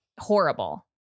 horrible